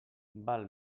val